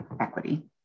equity